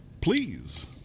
please